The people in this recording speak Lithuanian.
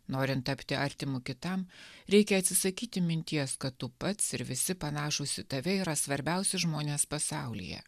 norint tapti artimu kitam reikia atsisakyti minties kad tu pats ir visi panašūs į tave yra svarbiausi žmonės pasaulyje